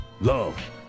love